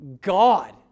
God